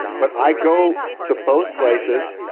but i go to both places,